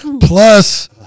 Plus